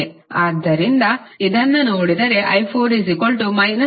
ಆದ್ದರಿಂದ ಇದನ್ನು ನೋಡಿದರೆ i4 I0 ಸಿಗುತ್ತದೆ